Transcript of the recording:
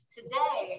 Today